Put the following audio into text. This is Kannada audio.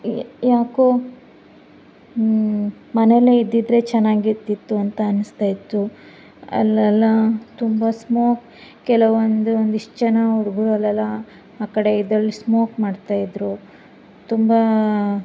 ಯಾಕೋ ಮನೇಲೆ ಇದ್ದಿದ್ದರೆ ಚೆನ್ನಾಗಿರ್ತಿತ್ತು ಅಂತ ಅನ್ನಿಸ್ತಾ ಇತ್ತು ಅಲ್ಲೆಲ್ಲ ತುಂಬ ಸ್ಮೋಕ್ ಕೆಲವೊಂದು ಒಂದಿಷ್ಟು ಜನ ಹುಡುಗರು ಅಲ್ಲೆಲ್ಲ ಆ ಕಡೆ ಇದರಲ್ಲಿ ಸ್ಮೋಕ್ ಮಾಡ್ತಾ ಇದ್ದರು ತುಂಬಾ